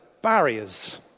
barriers